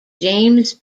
james